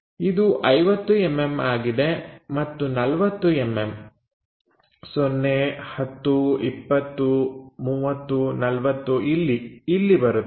ಇದು 50mm ಆಗಿದೆ ಮತ್ತು 40mm 0 10 20 30 40 ಇಲ್ಲಿ ಇಲ್ಲಿ ಬರುತ್ತದೆ